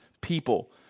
people